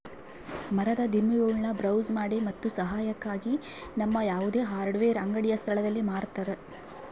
ಮರದ ದಿಮ್ಮಿಗುಳ್ನ ಬ್ರೌಸ್ ಮಾಡಿ ಮತ್ತು ಸಹಾಯಕ್ಕಾಗಿ ನಮ್ಮ ಯಾವುದೇ ಹಾರ್ಡ್ವೇರ್ ಅಂಗಡಿಯ ಸ್ಥಳದಲ್ಲಿ ಮಾರತರ